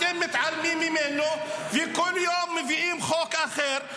אתם מתעלמים ממנו וכל יום מביאים חוק אחר.